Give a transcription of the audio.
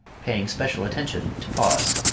paying special attention to pause.